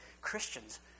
Christians